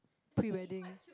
pre wedding